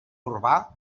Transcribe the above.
urbà